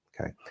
Okay